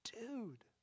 dude